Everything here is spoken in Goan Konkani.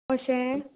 अशें